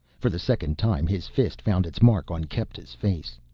for the second time his fist found its mark on kepta's face.